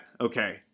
Okay